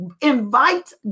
invite